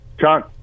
John